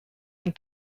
and